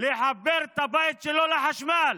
לחבר את הבית שלו לחשמל,